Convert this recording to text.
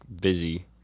busy